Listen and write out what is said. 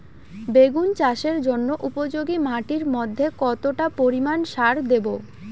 বেগুন চাষের জন্য উপযোগী মাটির মধ্যে কতটা পরিমান সার দেব?